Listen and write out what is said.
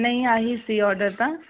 ਨਹੀਂ ਆਹੀ ਸੀ ਆਰਡਰ ਤਾਂ